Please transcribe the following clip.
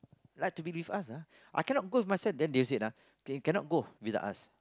like to be with us ah I cannot go myself then they will say you cannot go with us